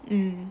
um